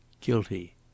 guilty